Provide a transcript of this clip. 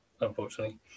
unfortunately